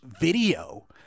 video